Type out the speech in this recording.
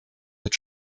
mit